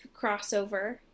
crossover